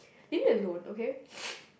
leave me alone okay